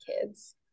kids